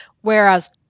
Whereas